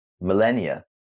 millennia